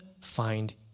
find